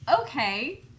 okay